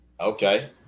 Okay